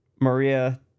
Maria